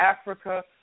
Africa